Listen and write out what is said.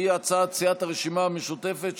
שהיא הצעת סיעת הרשימה המשותפת,